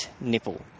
nipple